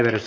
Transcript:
asia